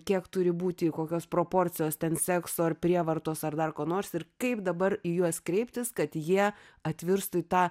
kiek turi būti kokios proporcijos ten sekso ar prievartos ar dar ko nors ir kaip dabar į juos kreiptis kad jie atvirstų į tą